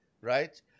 Right